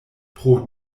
pro